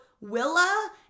Willa